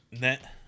net